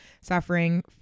suffering